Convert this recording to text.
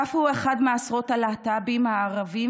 ת' הוא אחד מעשרות הלהט"בים הערבים